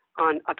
on